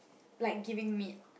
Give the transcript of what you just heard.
like giving meat